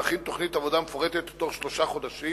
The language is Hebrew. להכין בתוך שלושה חודשים